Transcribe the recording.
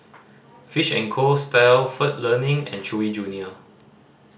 Fish and Co Stalford Learning and Chewy Junior